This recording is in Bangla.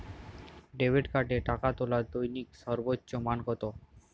ডেবিট কার্ডে টাকা তোলার দৈনিক সর্বোচ্চ মান কতো?